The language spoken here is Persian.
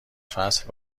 فصل